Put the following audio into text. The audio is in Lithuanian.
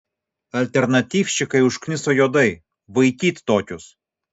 alternatyvščikai užkniso juodai vaikyt tokius